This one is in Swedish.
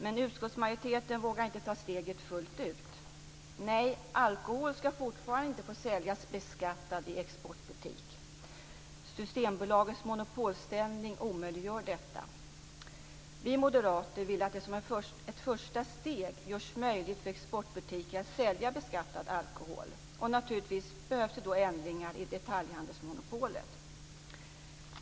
Men utskottsmajoriteten vågar inte ta steget fullt ut. Nej, beskattad alkohol ska fortfarande inte få säljas i exportbutik. Systembolagets monopolställning omöjliggör detta. Vi moderater vill att det som ett första steg ska göras möjligt för exportbutiker att sälja beskattad alkohol. Naturligtvis behövs det då ändringar i detaljhandelsmonopolet.